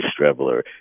Strebler